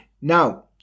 now